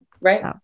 Right